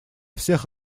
всех